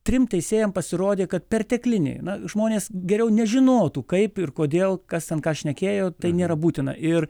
trims teisėjams pasirodė kad pertekliniai žmonės geriau nežinotų kaip ir kodėl kas ant ką šnekėjo tai nėra būtina ir